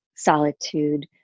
solitude